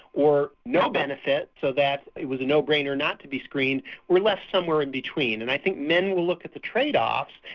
or no benefit so that it was a no-brainer not to be screened we're left somewhere in between. and i think men will look at the trade offs,